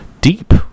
deep